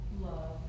love